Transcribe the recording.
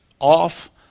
off